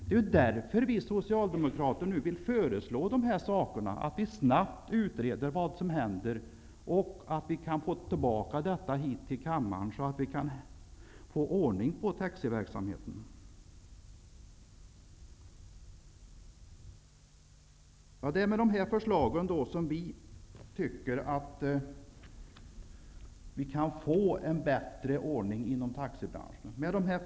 Det är därför vi socialdemokrater nu vill föreslå att vi snabbt utreder vad som händer, så att vi kan få tillbaka det till kammaren. Då kan vi få ordning på taxiverksamheten. Vi tycker att man kan få en bättre ordning inom taxibranschen med dessa förslag.